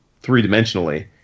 three-dimensionally